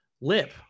lip